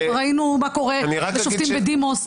ראינו מה קורה לשופטים בדימוס.